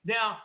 Now